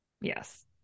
Yes